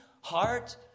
heart